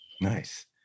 Nice